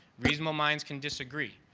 reasonable minds can disagree.